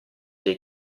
dei